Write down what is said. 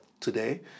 today